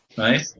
Right